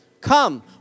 Come